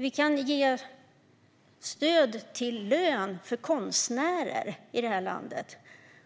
Vi kan ge stöd till lön för konstnärer i det här landet